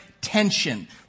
tension